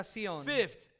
Fifth